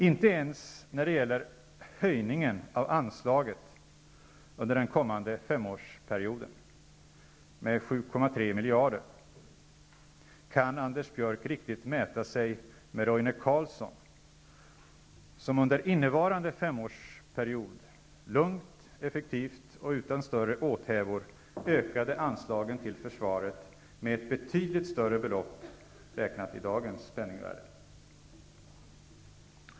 Inte ens när det gäller höjningen av anslaget med 7,3 miljarder under den kommande femårsperioden kan Anders Björck riktigt mäta sig med Roine Carlsson som under innevarande femårsperiod lugnt, effektivt och utan större åthävor ökade anslagen till försvaret med ett betydligt större belopp räknat i dagens penningvärde.